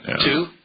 Two